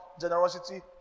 generosity